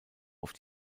auf